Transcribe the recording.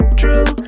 true